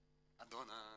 האדון שהוא